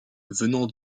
venant